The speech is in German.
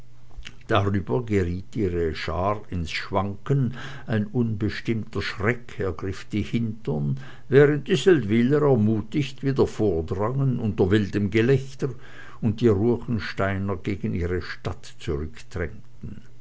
darüber geriet ihre schar ins schwanken ein unbestimmter schreck ergriff die hintern während die seldwyler ermutigt wieder vordrangen unter wildem gelächter und die ruechensteiner gegen ihre stadt zurückdrängten